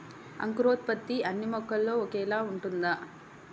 అంకురోత్పత్తి అన్నీ మొక్కలో ఒకేలా ఉంటుందా?